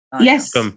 Yes